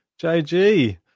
JG